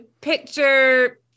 picture